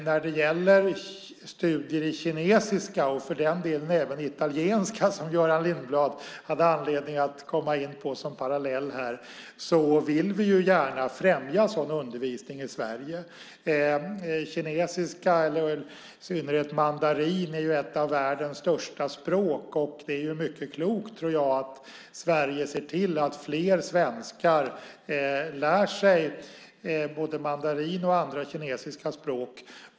När det gäller studier i kinesiska, och för den delen även i italienska som Göran Lindblad hade anledning att komma in på som parallell, vill vi gärna främja sådan undervisning i Sverige. Kinesiska, och i synnerhet mandarin, är ett av världens största språk. Jag tror att det är mycket klokt att Sverige ser till att fler svenskar lär sig både mandarin och andra kinesiska språk.